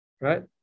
right